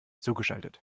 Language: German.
zugeschaltet